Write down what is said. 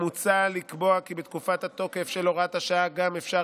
מוצע לקבוע כי בתקופת התוקף של הוראת השעה אפשר